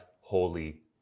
Holy